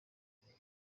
gukura